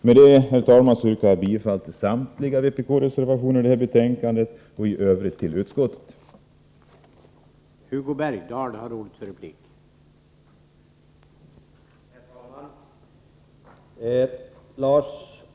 Med det anförda, herr talman, yrkar jag bifall till samliga vpk-reservationer som är fogade till betänkandet och i övrigt till utskottets hemställan.